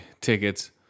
tickets